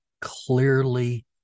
Clearly